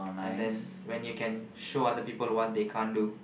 and then when you can show other people what they can't do